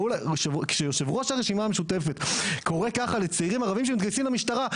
כשיושב ראש הרשימה המשותפת קורא ככה לצעירים ערבים שמתגייסים למשטרה,